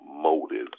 motives